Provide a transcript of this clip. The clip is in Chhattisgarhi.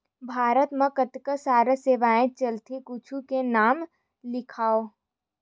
भारत मा कतका सारा सेवाएं चलथे कुछु के नाम लिखव?